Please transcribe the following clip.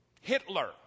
Hitler